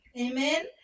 Amen